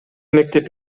мектеп